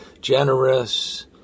generous